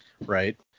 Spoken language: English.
Right